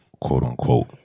quote-unquote